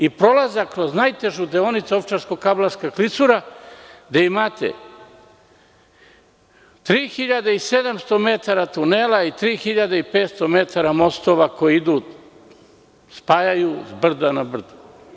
I prolazak kroz najtežu deonicu – Ovčarsko-Kablarska klisura, gde imate 3.700 metara tunela i 3.500 metara mostova koji idu i spajaju s brda na brdo.